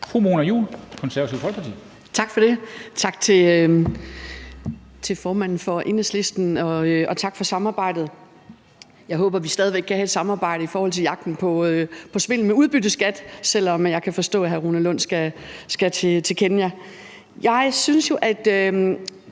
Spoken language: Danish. Fru Mona Juul, Konservative Folkeparti. Kl. 15:17 Mona Juul (KF) : Tak for det, tak til ordføreren fra Enhedslisten og tak for samarbejdet. Jeg håber, vi stadig væk kan have et samarbejde i forhold til jagten på svindel med udbytteskat, selv om jeg kan forstå, at hr. Rune Lund skal til Kenya. Jeg synes jo, at